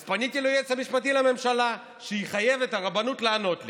אז פניתי ליועץ המשפטי לממשלה שיחייב את הרבנות לענות לי.